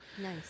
Nice